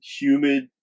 humid